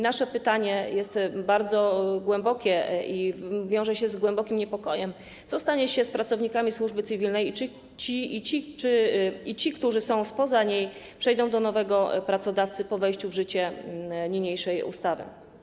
Nasze pytanie jest bardzo głębokie i wiąże się z głębokim niepokojem: Co stanie się z pracownikami służby cywilnej i czy ci, którzy są spoza niej, przejdą do nowego pracodawcy po wejściu w życie niniejszej ustawy?